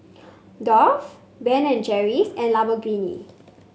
Dove Ben and Jerry's and Lamborghini